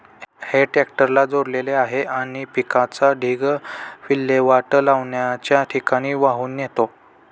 हे ट्रॅक्टरला जोडलेले आहे आणि पिकाचा ढीग विल्हेवाट लावण्याच्या ठिकाणी वाहून नेतो